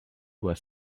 was